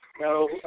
No